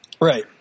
Right